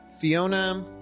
Fiona